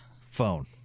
phone